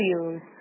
use